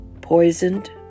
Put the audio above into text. poisoned